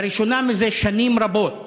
לראשונה זה שנים רבות